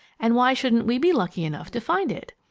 and why shouldn't we be lucky enough to find it?